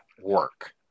work